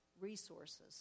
resources